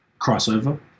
Crossover